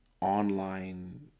online